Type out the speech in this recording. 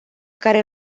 care